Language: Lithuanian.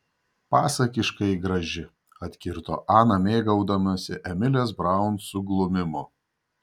pasakiškai graži atkirto ana mėgaudamasi emilės braun suglumimu